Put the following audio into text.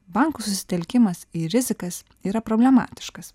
bankų susitelkimas į rizikas yra problematiškas